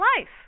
life